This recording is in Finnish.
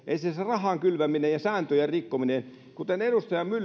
rahan kylväminen ja sääntöjen rikkominen kuten edustaja